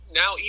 now